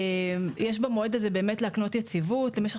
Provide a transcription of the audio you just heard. יש במועד הזה באמת להקנות יציבות למשך